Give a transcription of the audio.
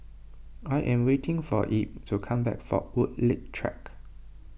I am waiting for Ebb to come back from Woodleigh Track